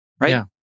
right